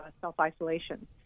self-isolation